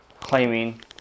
claiming